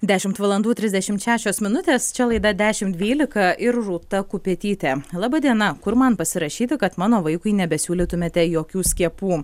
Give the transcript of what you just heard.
dešimt valandų trisdešimt šešios minutės čia laida dešim dvylika ir rūta kupetytė laba diena kur man pasirašyti kad mano vaikui nebesiūlytumėte jokių skiepų